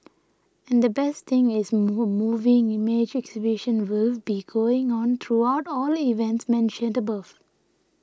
and the best thing is move moving image exhibition will be going on throughout all the events mentioned above